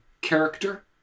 character